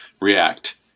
react